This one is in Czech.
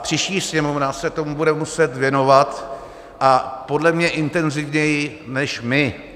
Příští Sněmovna se tomu bude muset věnovat a podle mě intenzivněji než my.